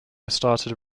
started